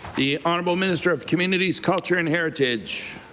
the honourable minister of communities, culture and heritage.